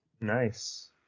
nice